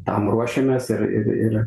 tam ruošiamės ir ir ir